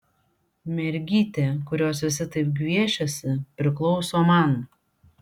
mergytė kurios visi taip gviešiasi priklauso man